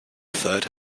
third